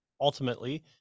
Ultimately